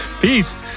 Peace